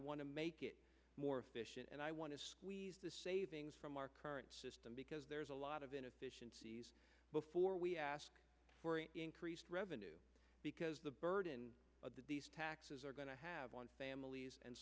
want to make it more efficient and i want to squeeze the savings from our current system because there's a lot of inefficiencies before we ask for increased revenue because the burden of the taxes are going to have on families and